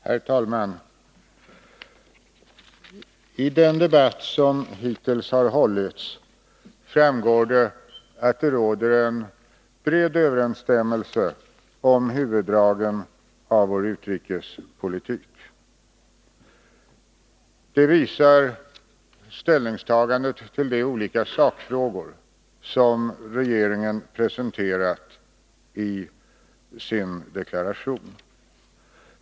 Herr talman! Av den debatt som hittills har hållits framgår det att det råder en bred överensstämmelse om huvuddragen i vår utrikespolitik. Det visar ställningstagandet till de olika sakfrågor som regeringen presenterat i sin deklaration.